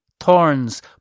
Thorns